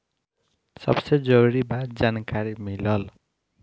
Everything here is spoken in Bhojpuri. सबसे जरूरी बा जानकारी मिलल